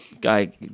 guy